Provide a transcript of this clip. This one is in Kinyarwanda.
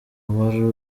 uwari